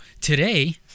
today